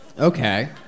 Okay